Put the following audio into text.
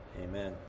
Amen